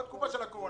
וזה בתקופת הקורונה.